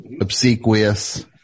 obsequious